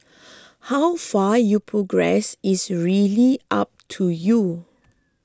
how far you progress is really up to you